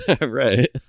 Right